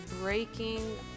breaking